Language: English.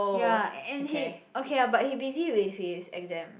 ya and he okay lah but he busy with his exam